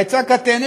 וההיצע קטן,